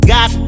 Got